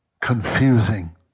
confusing